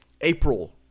April